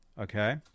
okay